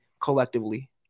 collectively